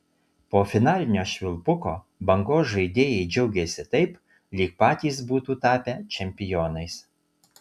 po finalinio švilpuko bangos žaidėjai džiaugėsi taip lyg patys būtų tapę čempionais